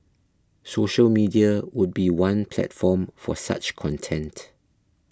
social media would be one platform for such content